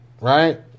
right